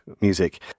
music